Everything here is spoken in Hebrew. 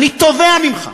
אני תובע ממך,